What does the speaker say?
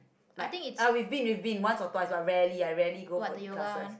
like we've been we've been once or twice but rarely I rarely go for classes